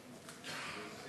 נגד?